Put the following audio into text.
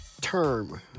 term